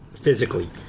physically